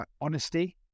Honesty